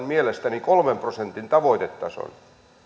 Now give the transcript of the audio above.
mielestäni sellaisen kolmen prosentin tavoitetason ja